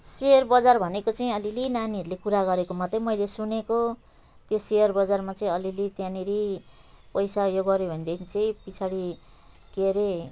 share बजार भनेको चाहिँ अलि अलि नानीहरूले कुरा गरेको मात्र मैले सुनेको त्यो सेयरबजारमा चाहिँ अलि अलि त्यहाँनेरि पैसा यो गऱ्यो भनेदेखि चाहिँ पछाडि के हरे